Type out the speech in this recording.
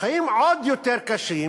החיים עוד יותר קשים